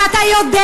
ואתה יודע